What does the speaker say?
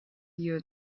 you